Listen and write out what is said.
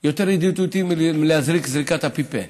יותר ידידותי מלהזריק זריקת אפיפן.